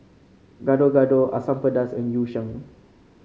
Gado Gado Asam Pedas and Yu Sheng